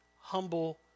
humble